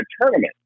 tournament